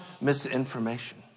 misinformation